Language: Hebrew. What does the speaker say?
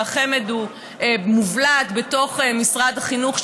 והחמ"ד הוא מובלעת בתוך משרד החינוך.